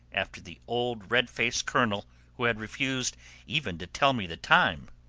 after the old red-faced colonel who had refused even to tell me the time!